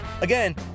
again